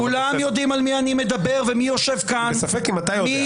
כולם יודעים על מי אני מדבר ומי יושב כאן -- אני בספק אם אתה יודע.